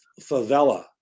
favela